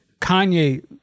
Kanye